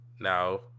now